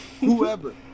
whoever